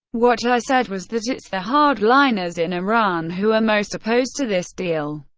what i said was that it's the hard-liners in iran who are most opposed to this deal.